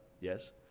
Yes